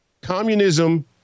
Communism